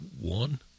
one